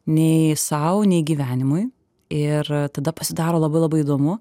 nei sau nei gyvenimui ir tada pasidaro labai labai įdomu